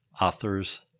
authors